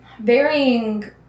varying